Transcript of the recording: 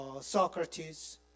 Socrates